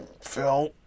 Phil